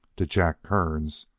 to jack kearns,